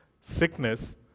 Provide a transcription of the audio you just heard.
sickness